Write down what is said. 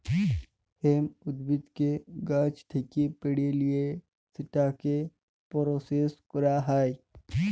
hemp উদ্ভিদকে গাহাচ থ্যাকে পাড়ে লিঁয়ে সেটকে পরসেস ক্যরা হ্যয়